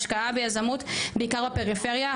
השקעה ביזמות בעיקר בפריפריה,